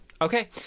Okay